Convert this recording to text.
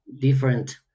different